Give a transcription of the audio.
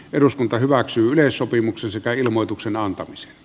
eduskunta hyväksyi yleissopimuksen sekä ilmoituksen antamiseen